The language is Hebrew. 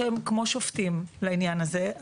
שהם כמו שופטים לעניין הזה,